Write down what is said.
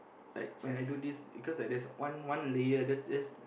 like when I do this because like there's one one layer just just